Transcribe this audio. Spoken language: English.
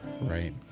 Right